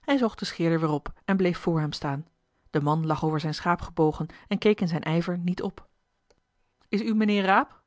hij zocht den scheerder weer op en bleef voor hem staan de man lag over zijn schaap gebogen en keek in zijn ijver niet op is u mijnheer raap